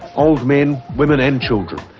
old men, women and children,